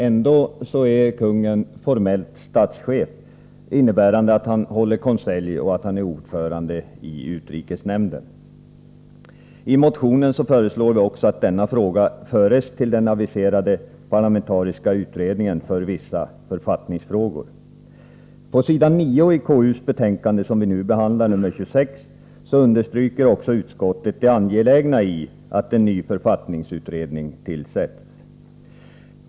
Ändå är kungen formellt statschef, innebärande att han håller konselj och är ordförande i utrikesnämnden. I motionen föreslår vi också att denna fråga föres till den aviserade parlamentariska utredningen för vissa författningsfrågor. På s. 9 i KU:s betänkande nr 26, som vi nu behandlar, understryker också utskottet det angelägna i att en ny författningsutredning tillsätts.